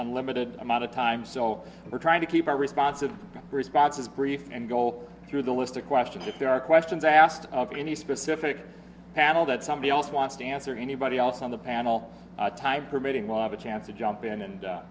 unlimited amount of time so we're trying to keep our responsive responses brief and goal through the list of questions if there are questions asked of any specific panel that somebody else wants to answer anybody else on the panel time permitting was a chance to jump in and